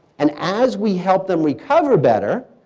and as we help them recover better,